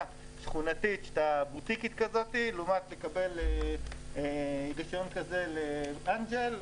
שכונתית בוטיקית לעומת רישיון לאנג'ל,